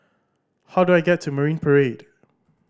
how do I get to Marine Parade